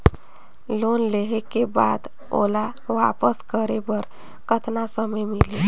Loan लेहे के बाद ओला वापस करे बर कतना समय मिलही?